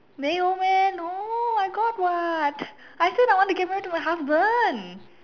没有 meh no I got [what] I said I want to get married to my husband